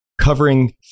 Covering